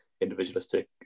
individualistic